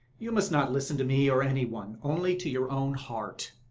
you must not listen to me or any one, only to your own heart.